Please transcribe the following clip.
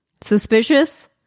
Suspicious